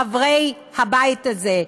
חברי הבית הזה,